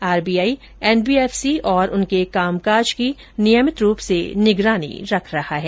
RBI NBFC और उनके कामकाज की नियमित रुप से निगरानी रख रहा है